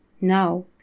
now